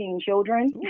children